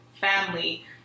family